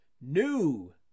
new